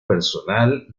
personal